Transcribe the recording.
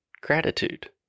gratitude